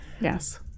Yes